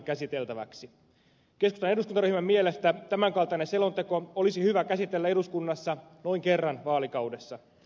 keskustan eduskuntaryhmän mielestä tämän kaltainen selonteko olisi hyvä käsitellä eduskunnassa noin kerran vaalikaudessa